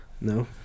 No